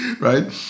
right